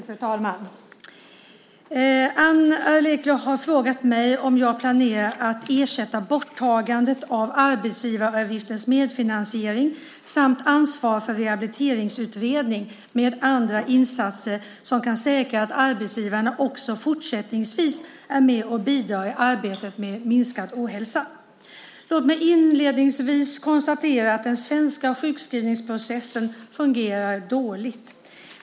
Fru talman! Ann Arleklo har frågat mig om jag planerar att ersätta borttagandet av arbetsgivarens medfinansiering samt ansvar för rehabiliteringsutredning med andra insatser som kan säkra att arbetsgivarna också fortsättningsvis är med och bidrar i arbetet med att minska ohälsan. Låt mig inledningsvis konstatera att den svenska sjukskrivningsprocessen fungerar dåligt.